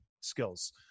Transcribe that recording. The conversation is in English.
skills